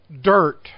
Dirt